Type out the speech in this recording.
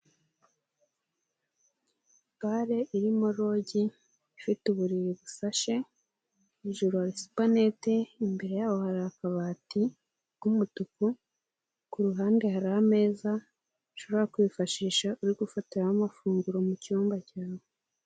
Bale irimo logi, ifite uburiri busashe. Hejuru hari supaneti. Imbere yaho hari akabati k'umutuku. Kuruhande hari ameza ushobora kwifashisha uri gufatiramo amafunguro mu cyumba cyawe.